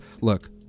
look